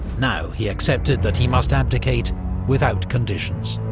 now he accepted that he must abdicate without conditions.